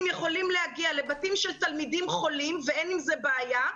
יכולים להגיע לבתים של תלמידים חולים ואין עם זה בעיה.